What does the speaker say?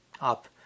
up